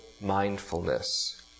Mindfulness